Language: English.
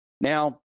Now